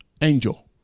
angel